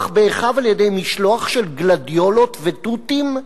באחיו על-ידי משלוח של גלדיולות ותותים?